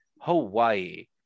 Hawaii